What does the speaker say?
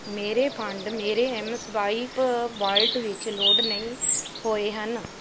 ਮੇਰੇ ਫੰਡ ਮੇਰੇ mSwipe wallet ਵਿੱਚ ਲੋਡ ਨਹੀਂ ਹੋਏ ਹਨ